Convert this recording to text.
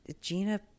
Gina